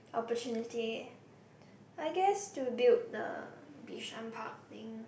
opportunity I guess to build the Bishan park thing